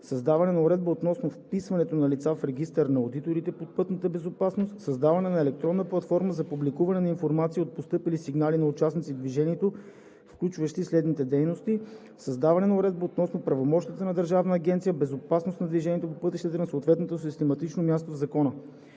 Създаване на уредба относно вписването на лица в регистър на одиторите по пътна безопасност; - Създаване на електронна платформа за публикуване на информация от постъпили сигнали на участници в движението, включващи следните дейности; - Създаване на уредба относно правомощията на Държавна агенция „Безопасност на движението по пътищата“ на съответното систематично място в закона.